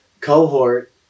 cohort